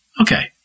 Okay